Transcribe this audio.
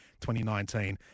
2019